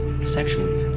sexual